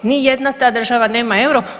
Ni jedna ta država nema euro.